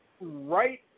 right